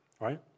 Right